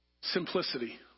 Simplicity